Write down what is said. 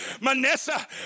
Manessa